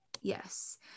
Yes